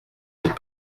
des